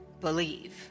believe